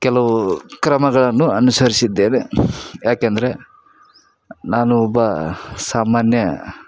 ಕೆಲವು ಕ್ರಮಗಳನ್ನು ಅನುಸರಿಸಿದ್ದೇವೆ ಏಕೆಂದ್ರೆ ನಾನು ಒಬ್ಬ ಸಾಮಾನ್ಯ